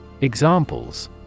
Examples